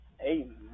Amen